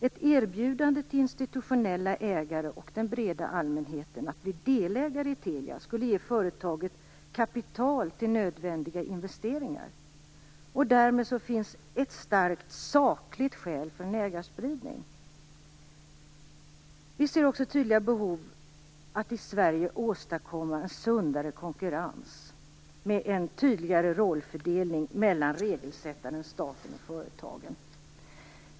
Ett erbjudande till institutionella ägare och den breda allmänheten att bli delägare i Telia skulle ge företaget kapital till nödvändiga investeringar, och därmed finns ett starkt sakligt skäl för en ägarspridning. Vi ser också tydliga behov av att i Sverige åstadkomma en sundare konkurrens med en tydligare rollfördelning mellan regelsättaren-staten och företagen.